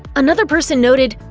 another person noted,